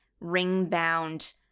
ring-bound